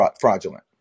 fraudulent